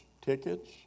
tickets